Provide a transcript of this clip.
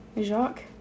Jacques